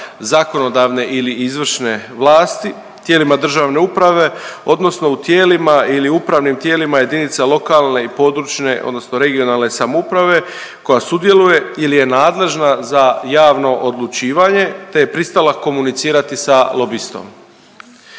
zakonodavne ili izvršne vlasti, tijelima državne uprave, odnosno u tijelima ili upravnim tijelima jedinica lokalne i područne (regionalne) samouprave koja sudjeluje ili je nadležna za javno odlučivanje te je pristala komunicirati sa lobistom.